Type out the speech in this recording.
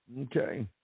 Okay